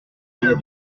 premier